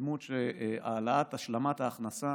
בדמות של העלאת השלמת ההכנסה